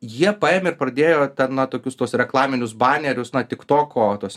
jie paėmė ir pradėjo ten na tokius tuos reklaminius banerius na tiktoko tuos